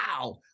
wow